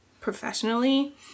professionally